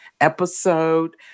episode